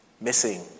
Missing